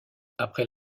après